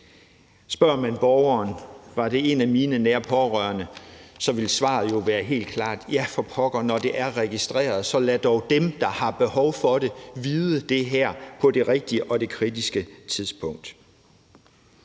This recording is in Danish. Spørger man borgeren, hvis det er en af vedkommendes nære pårørende, ville svaret jo være helt klart: Ja for pokker, når det er registreret, så lad dog dem, der har behov for det, vide det her på det rigtige og det kritiske tidspunkt.